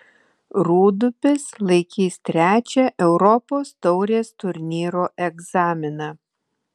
rūdupis laikys trečią europos taurės turnyro egzaminą